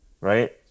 right